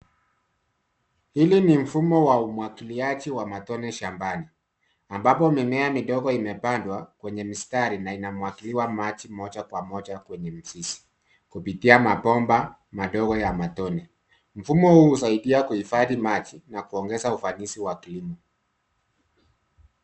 Hili ni mfumo wa umwagiliaji wa matone shambani, ambapo mimea midogo imepandwa kwenye mistari na inamwagiliwa maji moja kwa moja kwenye mizizi, kupitia mabomba madogo ya matone. Mfumo huu husaidia kuhifadhi maji na kuongeza ufanisi wa kilimo.